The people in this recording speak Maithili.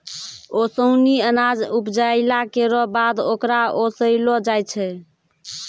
ओसौनी अनाज उपजाइला केरो बाद ओकरा ओसैलो जाय छै